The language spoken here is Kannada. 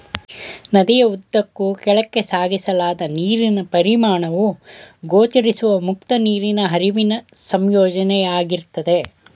ನದಿಯ ಉದ್ದಕ್ಕೂ ಕೆಳಕ್ಕೆ ಸಾಗಿಸಲಾದ ನೀರಿನ ಪರಿಮಾಣವು ಗೋಚರಿಸುವ ಮುಕ್ತ ನೀರಿನ ಹರಿವಿನ ಸಂಯೋಜನೆಯಾಗಿರ್ತದೆ